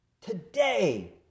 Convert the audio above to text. Today